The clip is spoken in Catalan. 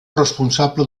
responsable